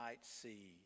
see